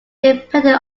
depending